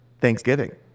Thanksgiving